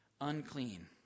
unclean